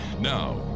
Now